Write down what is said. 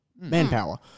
manpower